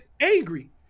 angry